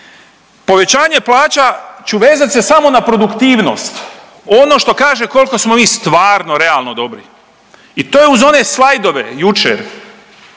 Povećanje plaća ću vezat se samo na produktivnost. Ono što kaže koliko smo mi stvarno realno dobri i to je uz one slajdove jučer